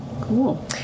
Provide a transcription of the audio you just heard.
Cool